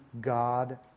God